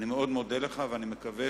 אני מאוד מודה לך, ואני מקווה